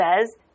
says